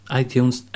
iTunes